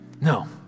No